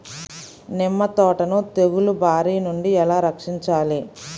నిమ్మ తోటను తెగులు బారి నుండి ఎలా రక్షించాలి?